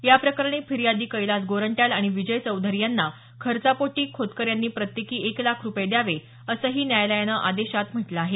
याप्रकरणी फिर्यादी कैलास गोरंट्याल आणि विजय चौधरी यांना खर्चापोटी खोतकर यांनी प्रत्येकी एक लाख रुपये द्यावे असंही न्यायालयानं आदेशात म्हटलं आहे